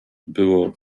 było